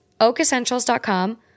oakessentials.com